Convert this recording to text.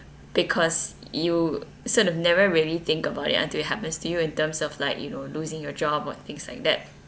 because you sort of never really think about it until it happens to you in terms of like you know losing your job or things like that